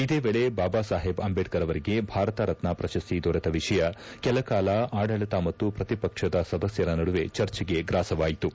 ಇದೇ ವೇಳೆ ಬಾಬಾ ಸಾಹೇಬ್ ಅಂಬೇಡ್ಕರ್ ಅವರಿಗೆ ಭಾರತ ರತ್ನ ಪ್ರಶಸ್ತಿ ದೊರತ ವಿಷಯ ಕೆಲಕಾಲ ಆಡಳಿತ ಮತ್ತು ಪ್ರತಿಪಕ್ಷದ ಸದಸ್ಯರ ನಡುವೆ ಚರ್ಚೆಗೆ ಗ್ರಾಸವಾಯಿತು